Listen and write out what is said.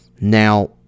Now